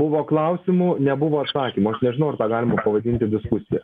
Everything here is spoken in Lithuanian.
buvo klausimų nebuvo atsakymo aš nežinau ar tą galima pavadinti diskusija